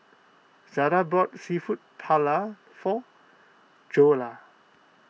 Zada bought Seafood Paella for Joella